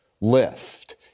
lift